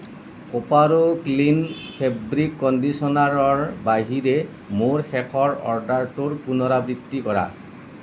Koparo clean fabric কণ্ডিচনাৰৰ বাহিৰে মোৰ শেষৰ অৰ্ডাৰটোৰ পুনৰাবৃত্তি কৰা